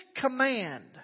command